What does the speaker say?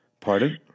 Pardon